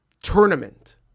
tournament